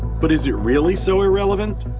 but is it really so irrelevant?